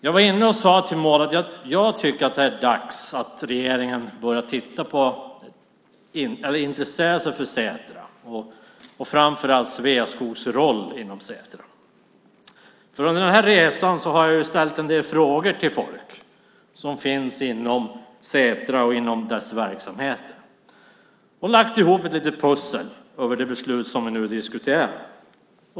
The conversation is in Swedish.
Jag sade till Maud att jag tycker att det är dags att regeringen börjar intressera sig för Setra och framför allt Sveaskogs roll inom Setra. Under den här resan har jag ställt en del frågor till folk som finns inom Setras verksamheter. Jag har lagt ihop ett litet pussel över det beslut som vi nu diskuterar.